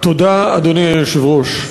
תודה, אדוני היושב-ראש.